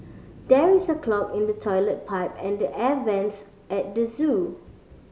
there is a clog in the toilet pipe and the air vents at the zoo